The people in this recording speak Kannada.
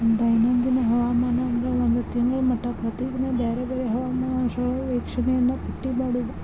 ದೈನಂದಿನ ಹವಾಮಾನ ಅಂದ್ರ ಒಂದ ತಿಂಗಳ ಮಟಾ ಪ್ರತಿದಿನಾ ಬ್ಯಾರೆ ಬ್ಯಾರೆ ಹವಾಮಾನ ಅಂಶಗಳ ವೇಕ್ಷಣೆಯನ್ನಾ ಪಟ್ಟಿ ಮಾಡುದ